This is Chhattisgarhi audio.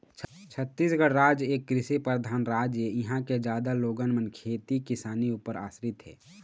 छत्तीसगढ़ राज एक कृषि परधान राज ऐ, इहाँ के जादा लोगन मन खेती किसानी ऊपर आसरित हे